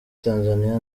tanzaniya